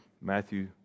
Matthew